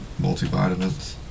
Multivitamins